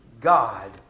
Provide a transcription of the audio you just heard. God